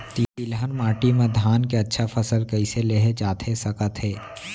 तिलहन माटी मा धान के अच्छा फसल कइसे लेहे जाथे सकत हे?